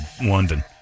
London